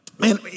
Man